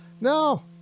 No